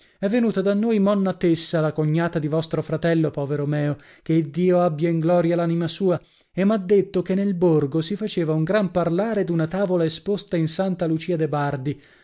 è venuta da noi monna tessa la cognata di vostro fratello povero meo che iddio abbia in gloria l'anima sua e m'ha detto che nel borgo si faceva un gran parlare d'una tavola esposta in santa lucia de bardi